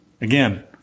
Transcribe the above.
Again